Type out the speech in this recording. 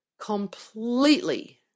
completely